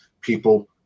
people